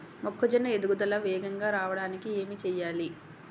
మొక్కజోన్న ఎదుగుదల వేగంగా రావడానికి ఏమి చెయ్యాలి?